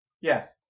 yes